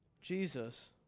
Jesus